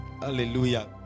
hallelujah